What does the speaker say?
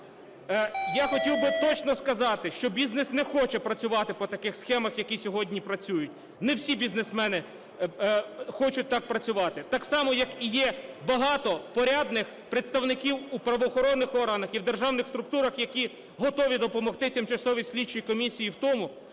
Я хотів би точно сказати, що бізнес не хоче працювати по таких схемах, які сьогодні працюють, не всі бізнесмени хочуть так працювати. Так само, як і є багато порядних представників у правоохоронних органах і державних структурах, які готові допомогти тимчасовій слідчій комісії в тому,